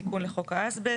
תיקון לחוק האסבסט,